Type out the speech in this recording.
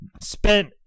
spent